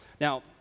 Now